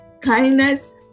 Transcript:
kindness